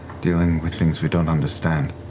dealing with things we don't understand.